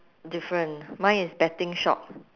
different mine is betting shop